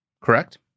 correct